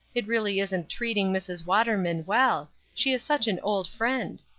it really isn't treating mrs. waterman well she is such an old friend.